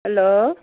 hello